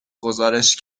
گزارش